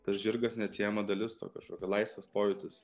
tas žirgas neatsiejama dalis to kažkokio laisvės pojūtis